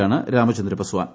യാണ് രാമചന്ദ്ര പസ്വാൻ